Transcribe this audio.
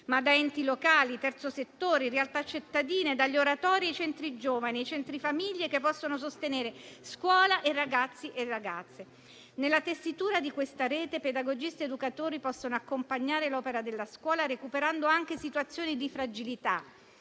ma da enti locali, terzo settore, realtà cittadine, oratori, centri giovani e centri famiglie, che possono sostenere scuola, ragazzi e ragazze. Nella tessitura di questa rete, pedagogisti ed educatori possono accompagnare l'opera della scuola recuperando anche situazioni di fragilità